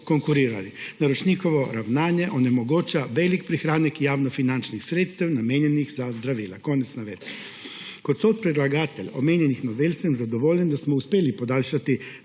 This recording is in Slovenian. Naročnikovo ravnanje onemogoča velik prihranek javnofinančnih sredstev, namenjenih za zdravila.« Konec navedka. Kot sopredlagatelj omenjenih novel sem zadovoljen, da smo uspeli podaljšati